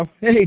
Hey